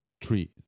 three